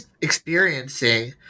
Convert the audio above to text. experiencing